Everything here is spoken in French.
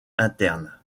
internes